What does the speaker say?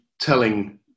telling